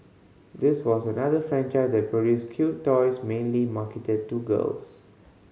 this was another franchise that produced cute toys mainly marketed to girls